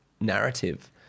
narrative